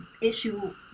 issue